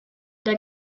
der